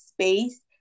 space